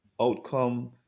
outcome